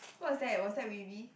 who was that was that Phoebe